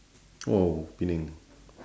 oh penang